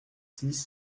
six